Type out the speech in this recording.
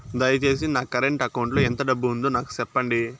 దయచేసి నా current account లో ఎంత డబ్బు ఉందో నాకు సెప్పండి